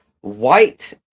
white